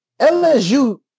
LSU